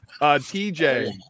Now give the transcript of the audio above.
TJ